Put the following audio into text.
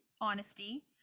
honesty